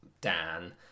dan